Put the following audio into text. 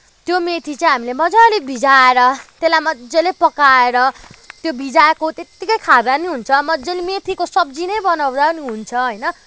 त्यो मेथी चाहिँ हामीले मज्जाले भिजाएर त्यसलाई मज्जाले पकाएर त्यो भिजाएको त्यतिकै खाँदा पनि हुन्छ मज्जाले मेथीको सब्जी नै बनाउँदा पनि हुन्छ होइन